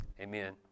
Amen